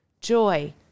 joy